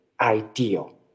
ideal